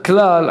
הכלל,